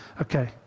okay